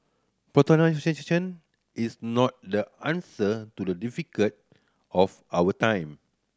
is not the answer to the difficult of our time